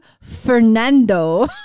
Fernando